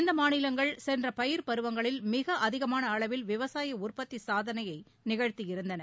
இந்த மாநிலங்கள் சென்ற பயிர் பருவங்களில் மிக அதிகமான அளவில் விவசாய உற்பத்தி சாதனையை நிகழ்த்தி இருந்தன